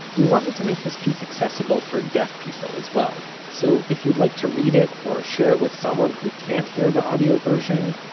we wanted to make this piece accessible for deaf people as well, so if you'd like to read it, or share it with someone who can't hear the audio version,